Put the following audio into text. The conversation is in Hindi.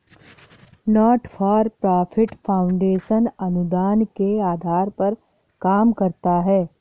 नॉट फॉर प्रॉफिट फाउंडेशन अनुदान के आधार पर काम करता है